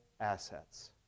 assets